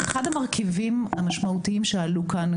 אחד המרכיבים המשמעותיים שעלו כאן,